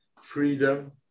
freedom